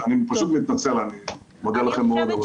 אני פשוט מתנצל, אני מודה לכם מאוד.